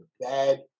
bad